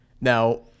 Now